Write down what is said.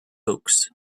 oaks